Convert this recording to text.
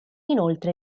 inoltre